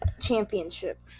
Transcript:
championship